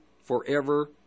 forever